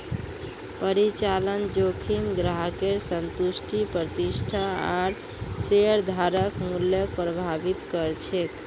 परिचालन जोखिम ग्राहकेर संतुष्टि प्रतिष्ठा आर शेयरधारक मूल्यक प्रभावित कर छेक